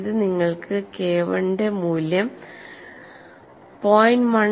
ഇത് നിങ്ങൾക്ക് KI യുടെ മൂല്യം 0